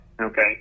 okay